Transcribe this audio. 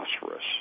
phosphorus